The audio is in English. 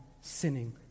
sinning